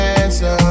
answer